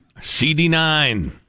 Cd9